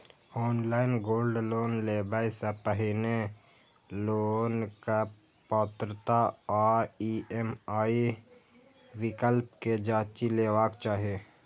online gold loan लेबय सं पहिने लोनक पात्रता आ ई.एम.आई विकल्प कें जांचि लेबाक चाही